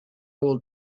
will